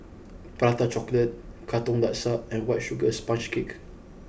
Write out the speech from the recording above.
Prata Chocolate Katong Laksa and White Sugar Sponge Cake